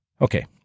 Okay